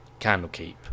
Candlekeep